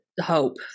hope